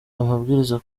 amabwiriza